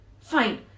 Fine